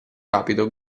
rapido